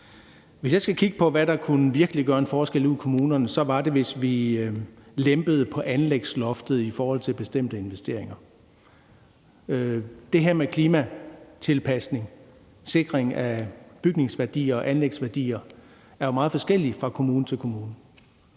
Hvis jeg skal kigge på, hvad der virkelig kunne gøre en forskel ude i kommunerne, var det, hvis vi lempede på anlægsloftet i forhold til bestemte investeringer. Det her med klimatilpasning og sikring af bygningsværdier og anlægsværdier er meget forskelligt fra kommune til kommune,